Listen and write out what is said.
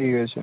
ঠিক আছে